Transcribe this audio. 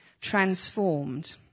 transformed